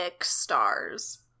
stars